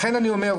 לכן אני אומר,